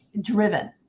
driven